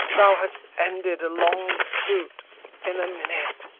thou hast ended a long suit in a minute.